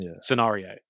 scenario